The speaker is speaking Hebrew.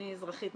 אני אזרחית,